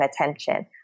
attention